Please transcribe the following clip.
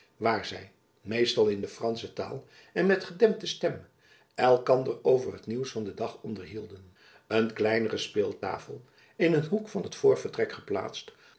waar zy meestal in de fransche taal en met gedempte stem elkander over t nieuws van den dag onderhielden een kleinere speeltafel in een hoek van het voorvertrek geplaatst